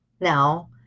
now